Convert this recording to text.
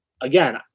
again –